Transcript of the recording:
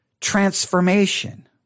transformation